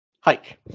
Hike